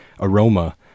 aroma